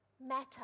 matter